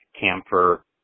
camphor